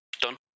done